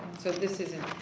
so this isn't.